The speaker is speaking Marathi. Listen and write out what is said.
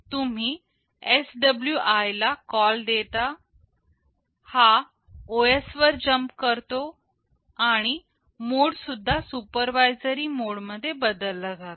तुम्ही SWI ला कॉल देता हा OS वर जम्प करतो आणि मोड सुद्धा सुपरवाइजरी मोड मध्ये बदलला जातो